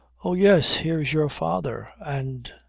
oh yes. here's your father. and.